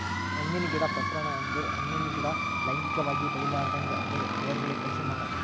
ಹಣ್ಣಿನ ಗಿಡ ಪ್ರಸರಣ ಅಂದುರ್ ಹಣ್ಣಿನ ಗಿಡ ಲೈಂಗಿಕವಾಗಿ ಬೆಳಿಲಾರ್ದಂಗ್ ಅದರ್ ಬೇರಗೊಳ್ ಕಸಿ ಮಾಡದ್